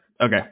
Okay